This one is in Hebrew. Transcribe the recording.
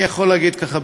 אני יכול להגיד ככה,